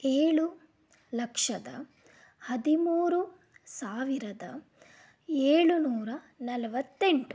ಏಳು ಲಕ್ಷದ ಹದಿಮೂರು ಸಾವಿರದ ಏಳುನೂರ ನಲವತ್ತೆಂಟು